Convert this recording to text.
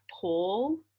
pull